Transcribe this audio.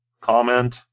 comment